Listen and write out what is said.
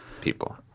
people